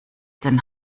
denn